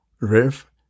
Riff